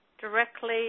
directly